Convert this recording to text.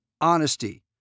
honesty